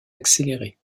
accéléré